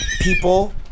people